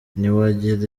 ntiwagira